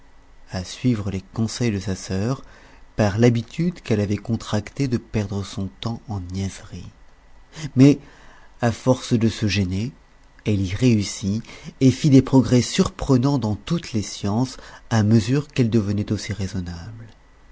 à suivre les conseils de sa sœur par l'habitude qu'elle avait contractée de perdre son temps en niaiseries mais à force de se gêner elle y réussit et fit des progrès surprenans dans toutes les sciences à mesure qu'elle devenait aussi raisonnable